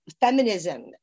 feminism